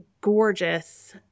gorgeous